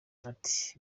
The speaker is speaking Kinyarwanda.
ati